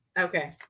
Okay